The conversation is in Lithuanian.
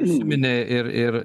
užsiminė ir ir